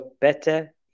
better